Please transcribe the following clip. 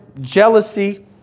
jealousy